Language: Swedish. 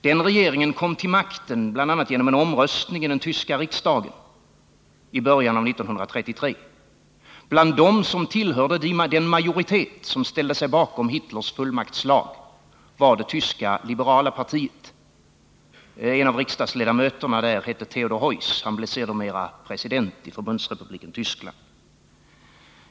Den regeringen kom till makten bl.a. genom en omröstning i den tyska riksdagen i början av 1933. Bland dem som tillhörde den majoritet som ställde sig bakom Hitlers fullmaktslag var det tyska liberala partiet. En av dess riksdagsledamöter hette Theodor Heuss. Han blev sedermera president för Förbundsrepubliken Tyskland.